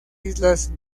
islas